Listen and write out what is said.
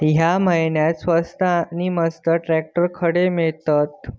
या महिन्याक स्वस्त नी मस्त ट्रॅक्टर खडे मिळतीत?